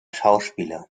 schauspieler